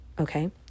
Okay